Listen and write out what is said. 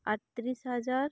ᱟᱴᱛᱨᱤᱥ ᱦᱟᱡᱟᱨ